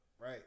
right